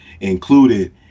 included